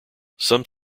some